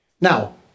Now